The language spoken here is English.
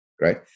right